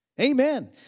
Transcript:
Amen